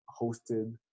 hosted